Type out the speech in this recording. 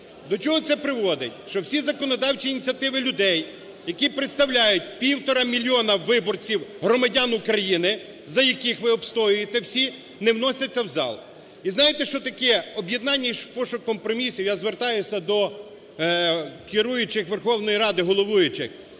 До чого це призводить? Що всі законодавчі ініціативи людей, які представляють півтора мільйона виборців громадян України, за яких ви обстоюєте всі, не вносяться в зал. І знаєте, що таке об'єднання і пошук компромісів? Я звертаюся до керуючих Верховної Ради, головуючих.